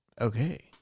Okay